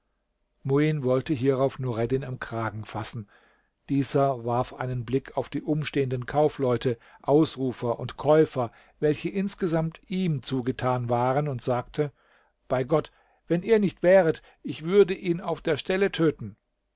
muin wollte hierauf nureddin am kragen fassen dieser warf einen blick auf die umstehenden kaufleute ausrufer und käufer welche insgesamt ihm zugetan waren und sagte bei gott wenn ihr nicht wäret ich würde ihn auf der stelle töten